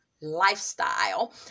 Lifestyle